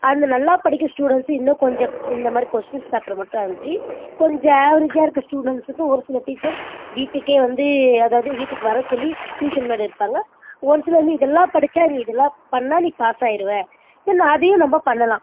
அந்த நல்லா படிக்கிற ஸ்டுடென்ஸு இன்னும் கொஞ்சம் இந்த மாதிரி கொஸ்டின் பேப்பர்ஸ் மட்டும் அனுப்பிச்சு கொஞ்சம் அவெரேஜாக இருக்க ஸ்டுடென்ஸ்க்கு ஒரு சில டீச்சர்ஸ் வீட்டுக்கே வந்து அதாவது வீட்டுக்கு வர சொல்லி டியூஷன் மாதிரி எடுப்பாங்க ஒரு சிலர் நீ இதெல்லாம் படிச்சால் நீ இதெல்லாம் பண்ணால் நீ பாஸ் ஆயிடுவ தென் அதையும் நம்ம பண்ணலாம்